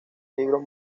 libros